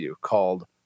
called